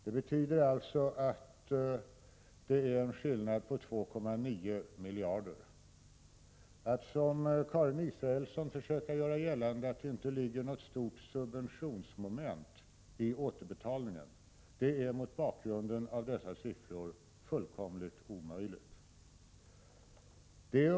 Det betyder alltså att det är en skillnad på 2,9 miljarder kronor. Att som Karin Israelsson försöka göra gällande att det inte ligger något stort subventionsmoment i återbetalningen är mot bakgrund av dessa siffror fullkomligt omöjligt.